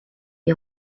est